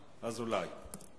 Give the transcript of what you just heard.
אזולאי.